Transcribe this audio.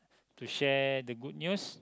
to share the good news